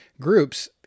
groups